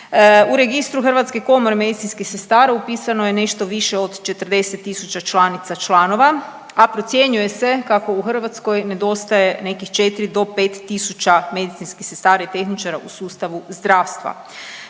U registru Hrvatske komore medicinskih sestara upisano je nešto više od 40 tisuća članica, članova, a procjenjuje se kako u Hrvatskoj nedostaje nekih 4 do 5 tisuća medicinskih sestara i tehničara u sustavu zdravstva.